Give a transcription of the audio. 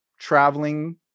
traveling